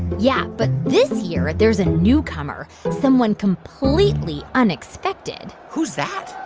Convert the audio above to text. yeah. but this year, there's a newcomer someone completely unexpected who's that?